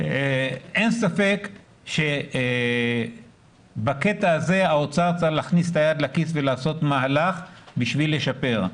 אין ספק שבקטע הזה האוצר צריך להכניס את היד לכיס ולעשות מהלך כדי לשפר.